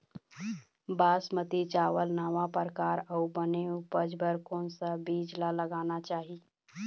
बासमती चावल नावा परकार अऊ बने उपज बर कोन सा बीज ला लगाना चाही?